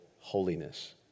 holiness